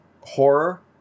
horror